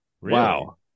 Wow